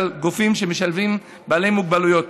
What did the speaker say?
בגופים שמשלבים בעלי מוגבלויות.